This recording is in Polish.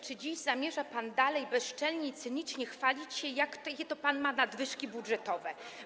Czy dziś zamierza pan dalej bezczelnie i cynicznie chwalić się, jakie to pan ma nadwyżki budżetowe?